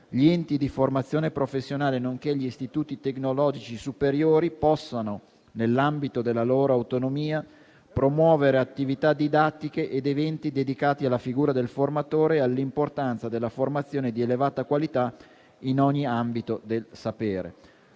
gli enti di formazione professionale nonché gli istituti tecnologici superiori possano, nell'ambito della loro autonomia, promuovere attività didattiche ed eventi dedicati alla figura del formatore e all'importanza della formazione di elevata qualità in ogni ambito del sapere.